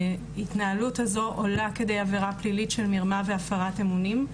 ההתנהלות הזאת עולה כדי עבירה פלילית של מרמה והפרת אמונים,